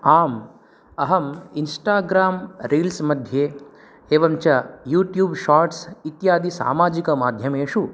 आम् अहम् Instagram reels मध्ये एवं च यूट्यूब् शार्ट्स् इत्यादिसामाजिकमाध्यमेषु